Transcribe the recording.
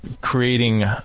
creating